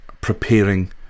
preparing